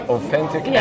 Authentic